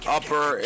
Upper